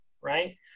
right